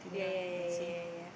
yeah yeah yeah yeah yeah yeah